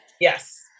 yes